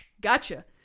gotcha